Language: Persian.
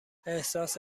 احساس